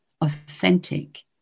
authentic